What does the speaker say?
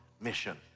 mission